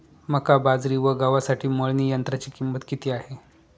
मका, बाजरी व गव्हासाठी मळणी यंत्राची किंमत किती आहे?